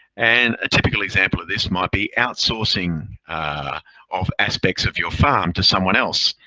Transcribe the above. and a typical example of this might be outsourcing of aspects of your farm to someone else.